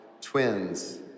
twins